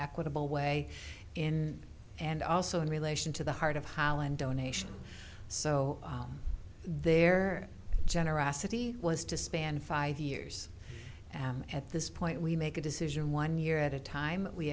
equitable way in and also in relation to the heart of holland donation so their generosity was to span five years and at this point we make a decision one year at a time we